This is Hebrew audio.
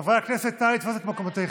חברי הכנסת, נא לתפוס את מקומותיכם